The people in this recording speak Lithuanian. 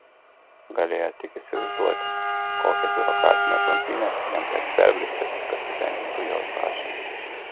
galėjo tik įsivaizduoti kokią biurokratinę klampynę jam teks perbristi kad patenkintų jos prašymą